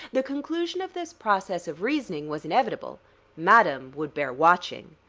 the conclusion of this process of reasoning was inevitable madam would bear watching.